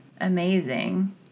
amazing